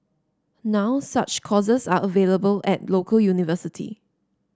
now such courses are available at local university